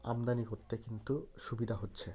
আমদানি করতে কিন্তু সুবিধা হচ্ছে